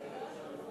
הם יוכלו